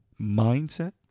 mindset